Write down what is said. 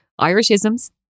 Irishisms